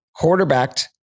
quarterbacked